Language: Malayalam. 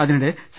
അതിനിടെ സി